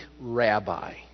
rabbi